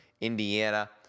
Indiana